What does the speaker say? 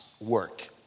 work